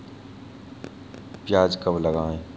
प्याज कब लगाएँ?